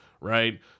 Right